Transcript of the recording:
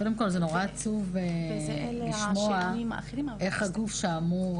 קודם כל, זה נורא עצוב לשמוע איך הגוף שאמור